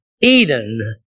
Eden